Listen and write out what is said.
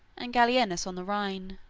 and gallienus on the rhine.